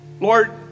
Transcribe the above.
Lord